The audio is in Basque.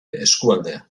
eskualdea